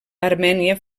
armènia